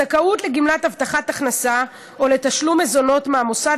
הזכאות לגמלת הבטחת הכנסה או לתשלום מזונות מהמוסד